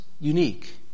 unique